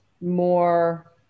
more